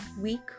week